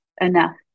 enough